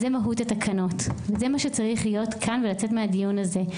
זו מהות התקנות וזה מה שצריך להיות כאן ולצאת מהדיון הזה.